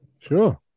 Sure